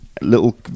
Little